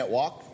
walk